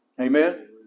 Amen